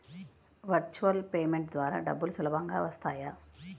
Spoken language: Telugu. వర్చువల్ పేమెంట్ ద్వారా డబ్బులు సులభంగా వస్తాయా?